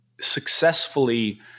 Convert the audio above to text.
successfully